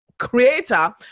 creator